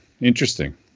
Interesting